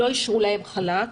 לא אישרו להם חל"ת.